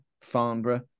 Farnborough